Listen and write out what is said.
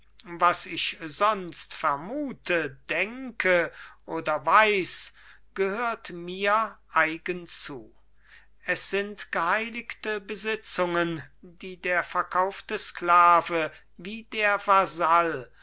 was ich sonst vermute denke oder weiß gehört mir eigen zu es sind geheiligte besitzungen die der verkaufte sklave wie der